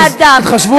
אז תתחשבו בי.